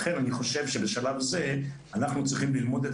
לכן בשלב זה אנחנו צריכים ללמוד את